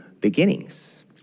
beginnings